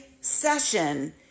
session